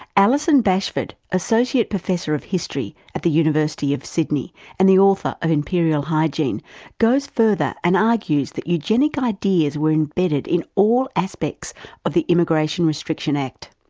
alison bashford, associate professor of history at the university of sydney, and the author of imperial hygiene goes further and argues that eugenic ideas were embedded in all aspects of the immigration restriction act.